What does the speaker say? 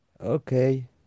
Okay